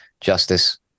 justice